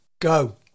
go